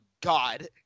God